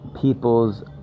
People's